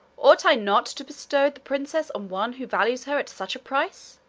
ought i not to bestow the princess on one who values her at such a price?